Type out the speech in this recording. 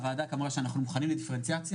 הוועדה קבעה שאנחנו מוכנים לדיפרנציאציה,